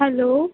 hello